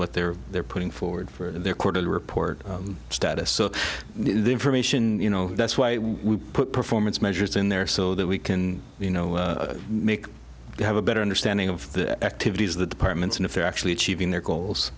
what they're they're putting forward their quarterly report status so the information you know that's why we put performance measures in there so that we can you know make you have a better understanding of the activities of the departments and if they're actually achieving their goals